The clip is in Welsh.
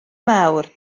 mawr